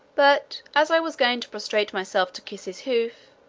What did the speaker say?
but as i was going to prostrate myself to kiss his hoof,